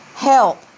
Help